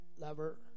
lover